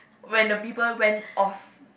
when the beeper went off